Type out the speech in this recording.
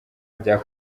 rya